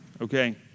okay